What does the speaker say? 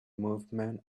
movement